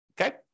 okay